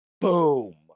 boom